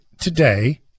today